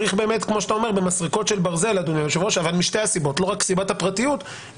אבל גם מי שמחזיק טלפון כשר,